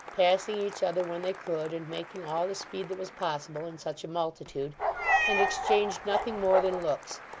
passing each other when they could, and making all the speed that was possible in such a multitude and exchanged nothing more than looks,